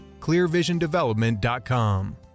clearvisiondevelopment.com